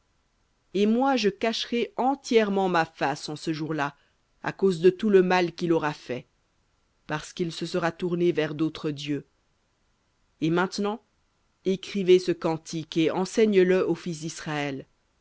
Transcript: et moi je cacherai entièrement ma face en ce jour-là à cause de tout le mal qu'il aura fait parce qu'il se sera tourné vers d'autres dieux et maintenant écrivez ce cantique et enseigne le aux